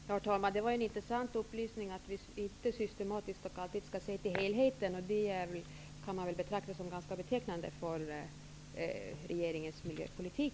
Herr talman! Det var en intressant upplysning att vi inte systematiskt och alltid skall se till helheten. Det kan man väl betrakta som ganska betecknande för regeringens nya politik.